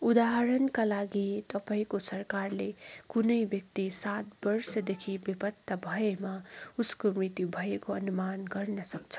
उदाहरणका लागि तपाईँको सरकारले कुनै व्यक्ति सात वर्षदेखि बेपत्ता भएमा उसको मृत्यु भएको अनुमान गर्न सक्छ